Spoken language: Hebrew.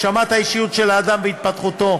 הגשמת האישיות של האדם והתפתחותו,